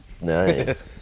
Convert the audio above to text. Nice